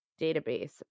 database